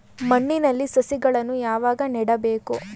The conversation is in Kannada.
ಮಣ್ಣಿನಲ್ಲಿ ಸಸಿಗಳನ್ನು ಯಾವಾಗ ನೆಡಬೇಕು?